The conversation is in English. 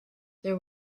there